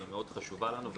שהיא מאוד חשובה לנו,